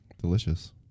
delicious